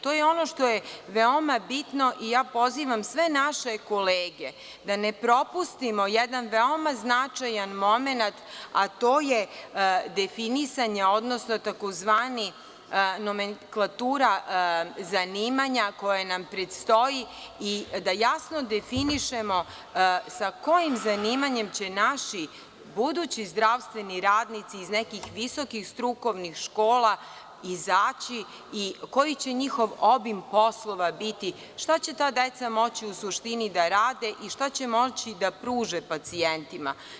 To je ono što je veoma bitno i ja pozivam sve naše kolege da ne propustimo jedan veoma značajan momenat, a to je definisanje odnosa, tzv. nomenklatura zanimanja koja nam predstoji, da jasno definišemo sa kojim zanimanjem će naši budući zdravstveni radnici iz nekih visokih strukovnih škola izaći i koji će njihov obim poslova biti, šta će ta deca moći u suštini da rade i šta će moći da pruže pacijentima.